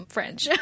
French